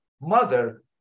mother